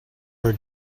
her